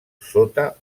sota